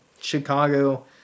Chicago